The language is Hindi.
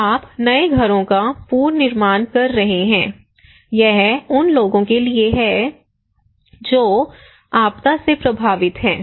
आप नए घरों का पुनर्निर्माण कर रहे हैं यह उन लोगों के लिए है जो आपदा से प्रभावित हैं